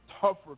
tougher